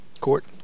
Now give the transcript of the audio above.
Court